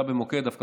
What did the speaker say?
זה מכביד על המעבר,